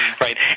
Right